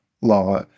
law